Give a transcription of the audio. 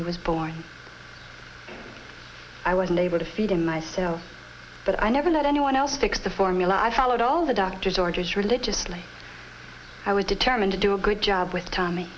he was born i was unable to feed him myself but i never let anyone else fix the formula i followed all the doctor's orders religiously i was determined to do a good job with tommy